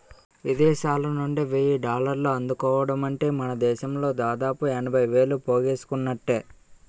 విదేశాలనుండి వెయ్యి డాలర్లు అందుకోవడమంటే మనదేశంలో దాదాపు ఎనభై వేలు పోగేసుకున్నట్టే